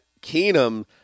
Keenum